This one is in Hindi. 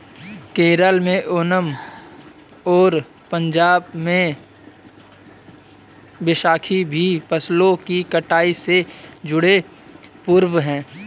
केरल में ओनम और पंजाब में बैसाखी भी फसलों की कटाई से जुड़े पर्व हैं